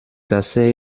d’accès